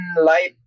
light